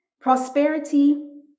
Prosperity